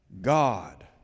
God